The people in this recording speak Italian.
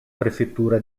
prefettura